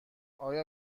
آیا